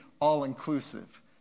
all-inclusive